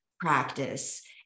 practice